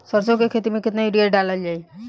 सरसों के खेती में केतना यूरिया डालल जाई?